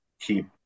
keep